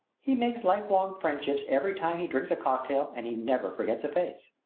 he makes lifelong friendships every time he drinks a cocktail, and he never forgets a face.